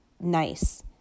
nice